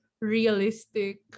realistic